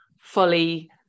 fully